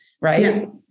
right